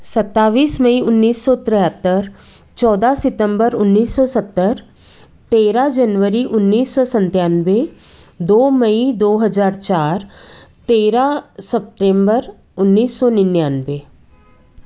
सत्ताईस मई उन्नीस सौ तेहत्तर चौदाह सितंबर उन्नीस सौ सत्तर तेरह जनवरी उन्नीस सौ सत्तानवे दो मई दो हज़ार चार तेरह सपतेम्बर उन्नीस सौ निन्यानवे